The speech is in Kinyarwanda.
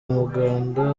umuganda